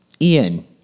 Ian